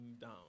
down